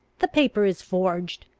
the paper is forged!